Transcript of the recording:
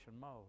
mode